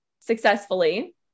successfully